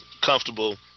comfortable